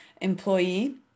employee